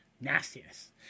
nastiness